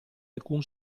alcun